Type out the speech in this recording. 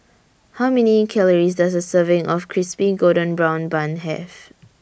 How Many Calories Does A Serving of Crispy Golden Brown Bun Have